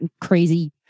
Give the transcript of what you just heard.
crazy